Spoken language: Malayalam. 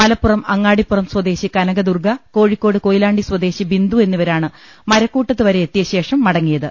മല പ്പുറം അങ്ങാടിപ്പുറം സ്വദേശി കനകദുർഗ്ഗ കോഴിക്കോട് കൊയി ലാണ്ടി സ്വദേശി ബിന്ദു എന്നിവരാണ് മരക്കൂട്ടത്തുവരെ എത്തിയ ശേഷം മടങ്ങിയത്